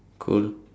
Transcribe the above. cool